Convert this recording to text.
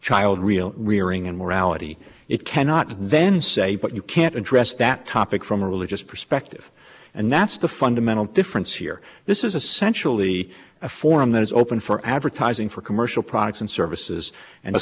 child real rearing and morality it cannot then say but you can't address that topic from a religious perspective and that's the fundamental difference here this is essentially a forum that is open for advertising for commercial products and services and